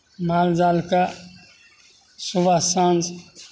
माल जालकेँ सुबह शाम